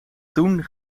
toen